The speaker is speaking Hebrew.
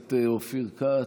הכנסת אופיר כץ,